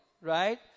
right